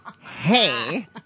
hey